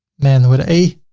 man with a a.